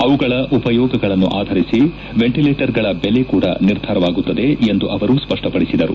ಅವುಗಳ ಉಪಯೋಗಗಳನ್ನು ಆಧರಿಸಿ ವೆಂಟರೇಟರ್ ಗಳ ಬೆಲೆ ಕೂಡ ನಿರ್ಧಾರವಾಗುತ್ತದೆ ಎಂದು ಅವರು ಸ್ವಪ್ಪಪಡಿಸಿದರು